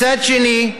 מצד שני,